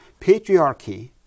patriarchy